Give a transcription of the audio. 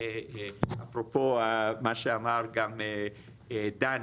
אפרופו מה שאמר גם דן